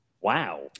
Wow